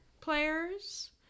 players